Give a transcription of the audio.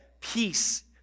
peace